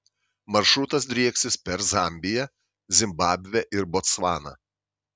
maršrutas drieksis per zambiją zimbabvę ir botsvaną